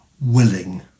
willing